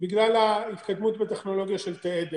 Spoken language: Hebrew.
בגלל ההתקדמות בטכנולוגיה של תאי דלק.